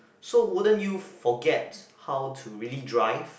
so wouldn't you forget how to really drive